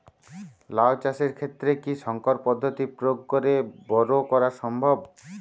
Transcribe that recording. লাও চাষের ক্ষেত্রে কি সংকর পদ্ধতি প্রয়োগ করে বরো করা সম্ভব?